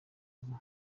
ubu